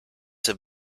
have